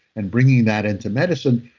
and bringing that into medicine,